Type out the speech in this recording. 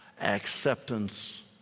Acceptance